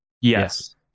Yes